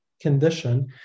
condition